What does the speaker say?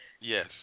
Yes